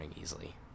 easily